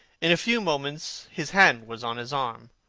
in a few moments, his hand was on his arm.